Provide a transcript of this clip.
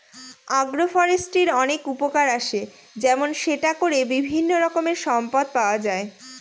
আগ্র ফরেষ্ট্রীর অনেক উপকার আসে যেমন সেটা করে বিভিন্ন রকমের সম্পদ পাওয়া যায়